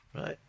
right